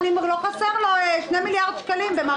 מי שעוקב אחרינו יודע שב-1 בינואר ישלמו